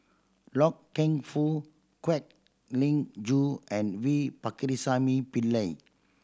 Loy Keng Foo Kwek Leng Joo and V Pakirisamy Pillai